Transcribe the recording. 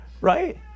Right